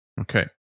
Okay